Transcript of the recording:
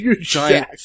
giant